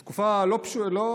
זאת תקופה לא קצרה,